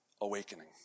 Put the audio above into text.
awakening